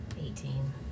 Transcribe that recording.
Eighteen